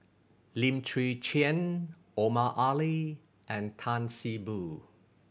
Lim Chwee Chian Omar Ali and Tan See Boo